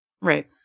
Right